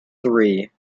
three